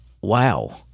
wow